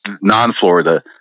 non-Florida